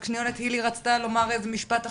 היילי, משפט אחרון.